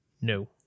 No